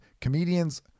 comedians